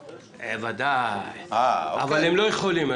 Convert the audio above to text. ודאי, אבל הם לא יכולים.